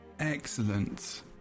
Excellent